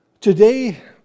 Today